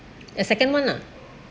a second one ah